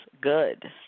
good